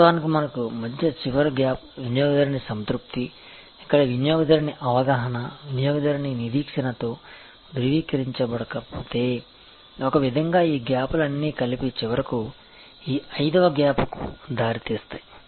వాస్తవానికి మనకు మధ్య చివరి గ్యాప్ వినియోగదారుని సంతృప్తి ఇక్కడ వినియోగదారుని అవగాహన వినియోగదారుని నిరీక్షణతో ధృవీకరించబడకపోతే ఒక విధంగా ఈ గ్యాప్ లు అన్నీ కలిపి చివరకు ఈ ఐదవ గ్యాప్ కు దారి తీస్తాయి